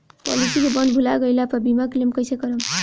Policy के bond भुला गैला पर बीमा क्लेम कईसे करम?